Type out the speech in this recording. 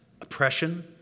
oppression